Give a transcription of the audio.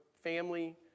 family